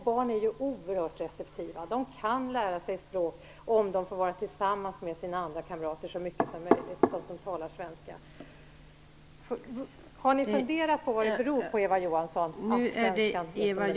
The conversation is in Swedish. Barn är ju oerhört receptiva. De kan lära sig språk om de får vara tillsammans med sina andra svensktalande kamrater så mycket som möjligt.